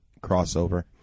crossover